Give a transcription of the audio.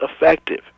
effective